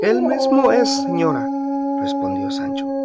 el mesmo es señora respondió sancho